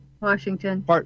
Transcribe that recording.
Washington